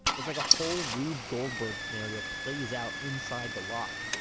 it's like a whole rube goldberg scenario plays out inside the lock.